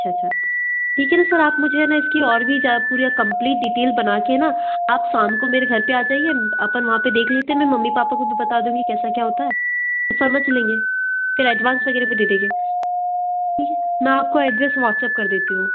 अच्छा अच्छा ठीक है ना सर आप मुझे है ना इसकी और भी पूरी कंप्लीट डीटेल बना कर न आप साम को मेरे घर पे आ जाइए अपन वहाँ पर देख लेते मैं मम्मी पापा को भी बता दूँगी कैसा क्या होता है समझ लेंगे फिर एडवांस वगैरह भी दे देंगे ठीक है मैं आपको एड्रेस वाट्सअप कर देती हूँ